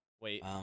Wait